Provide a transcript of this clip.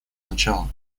начала